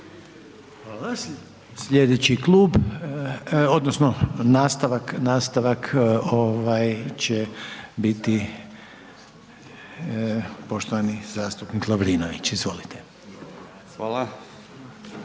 Hvala. Slijedeći klub odnosno nastavak, nastavak ovaj će biti poštovani zastupnik Lovrinović, izvolite.